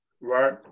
Right